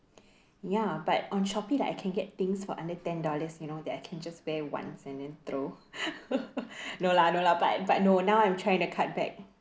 ya but on Shopee like I can get things for under ten dollars you know that I can just wear once and then throw no lah no lah but but no now I'm trying to cut back